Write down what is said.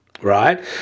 Right